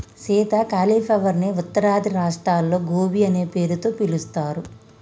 Sita cauliflower ని ఉత్తరాది రాష్ట్రాల్లో గోబీ అనే పేరుతో పిలుస్తారు